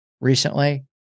recently